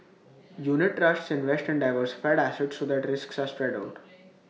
unit trusts invest in diversified assets so that risks are spread out